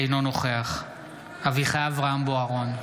אינו נוכח אביחי אברהם בוארון,